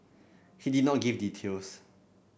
he did not give details